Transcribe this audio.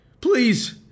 please